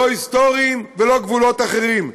לא היסטוריים ולא אחרים,